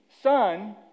son